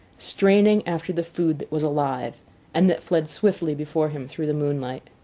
straining after the food that was alive and that fled swiftly before him through the moonlight.